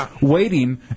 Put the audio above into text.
waiting